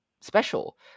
special